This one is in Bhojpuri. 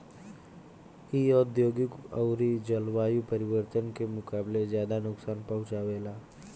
इ औधोगिक अउरी जलवायु परिवर्तन के मुकाबले ज्यादा नुकसान पहुँचावे ला